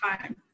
time